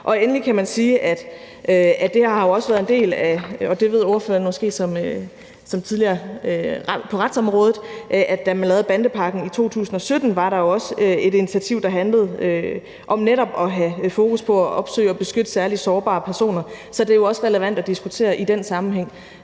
Endelig kan man sige, at det her også har været en del af – og det ved ordføreren måske som tidligere ordfører på retsområdet – det, man lavede, da man lavede bandepakken i 2017, hvor der også var et initiativ, som handlede om netop at have fokus på at opsøge og beskytte særligt sårbare personer. Så det er jo også relevant at diskutere i den sammenhæng.